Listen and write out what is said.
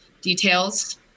details